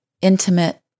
intimate